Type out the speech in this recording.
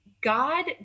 God